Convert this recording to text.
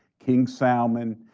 king salman,